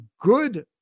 good